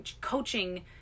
coaching